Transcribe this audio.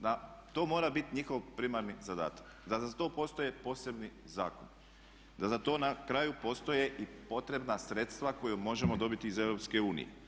Da to mora biti njihov primarni zadataka, da za to postoje posebni zakoni, da za to na kraju postoje i potrebna sredstva koja možemo dobiti iz EU.